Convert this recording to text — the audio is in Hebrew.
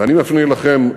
ואני מפנה אליכם,